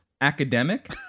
academic